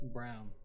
brown